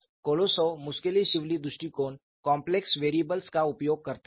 Kolosov Muskhelishvili दृष्टिकोण complex variables का उपयोग करता है